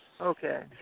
Okay